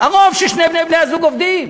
הרוב זה ששני בני-הזוג עובדים,